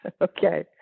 Okay